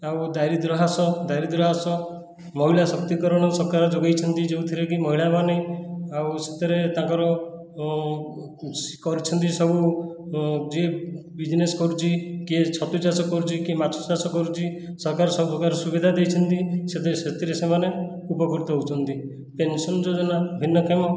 ଆଉ ଦାରିଦ୍ର ହ୍ରାସ ଦାରିଦ୍ର ହ୍ରାସ ମହିଳା ଶକ୍ତି କରଣ ସରକାର ଯୋଗାଇଛନ୍ତି ଯେଉଁଥିରେ କି ମହିଳାମାନେ ଆଉ ସେଥିରେ ତାଙ୍କର କରିଛନ୍ତି ସବୁ ଯିଏ ବିଜିନେସ୍ କରୁଛି କିଏ ଛତୁ ଚାଷ କରୁଛି କିଏ ମାଛ ଚାଷ କରୁଛି ସରକାର ସବୁ ପ୍ରକାର ସୁବିଧା ଦେଇଛନ୍ତି ସେଥିପାଇଁ ସେଥିରେ ସେମାନେ ଉପକୃତ ହେଉଛନ୍ତି ପେନସନ୍ ଯୋଜନା ଭିନ୍ନକ୍ଷମ